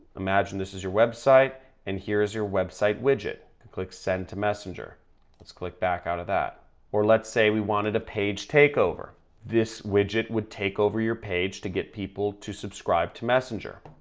imagine this is your website and here is your website widget click send to messenger let's click back out of that or let's say we wanted a page takeover this widget would take over your page to get people to subscribe to messenger.